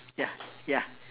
ya ya